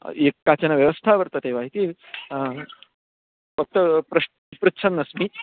एका काचन व्यवस्था वर्तते वा इति वक्तुं प्रश्नः पृच्छन्नस्मि